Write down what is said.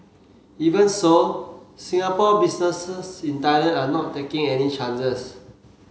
even so Singapore businesses in Thailand are not taking any chances